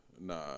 nah